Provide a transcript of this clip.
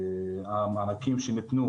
המענקים שניתנו